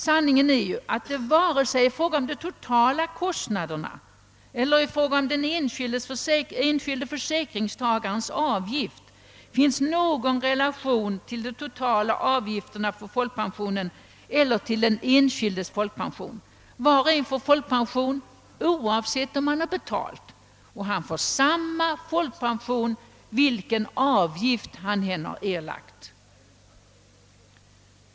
Sanningen är att det varken i fråga om de totala kostnaderna eller i fråga om den enskilde = försäkringstagarens = avgift finns någon relation till de totala avgifterna för folkpensionen eller till den enskildes folkpension. Var och en får folkpension oavsett om han har betalat, och han får samma folkpension vilken avgift han än har erlagt.